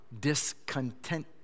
discontent